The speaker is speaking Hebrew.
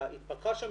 והתפתחה שם,